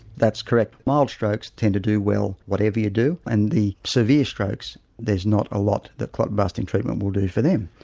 that's correct. mild strokes tend to do well whatever you do and the severe strokes there's not a lot that clot busting treatment will do for them.